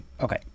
okay